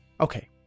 Okay